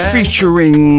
Featuring